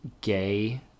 gay